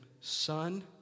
son